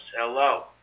Hello